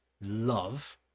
love